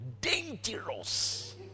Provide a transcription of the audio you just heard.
dangerous